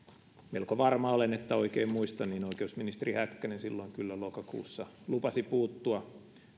melko varma olen että oikein muistan niin oikeusministeri häkkänen kyllä silloin lokakuussa lupasi puuttua